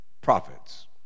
prophets